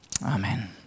Amen